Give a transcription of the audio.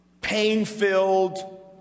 pain-filled